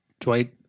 Dwight